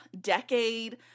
decade